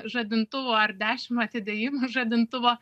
žadintuvu ar dešim atidėjimų žadintuvo